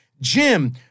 Jim